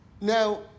Now